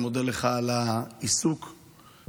אני מודה לך על העיסוק בנושא.